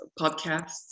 podcasts